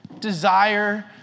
desire